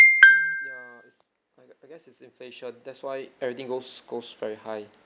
ya is I guess I guess it's inflation that's why everything goes goes very high